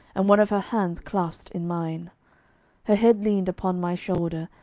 and one of her hands clasped in mine her head leaned upon my shoulder,